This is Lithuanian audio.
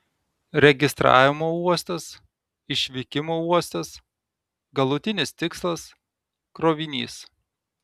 registravimo uostas išvykimo uostas galutinis tikslas krovinys